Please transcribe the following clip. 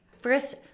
First